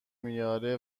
میاره